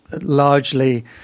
largely